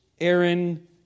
Aaron